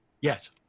Yes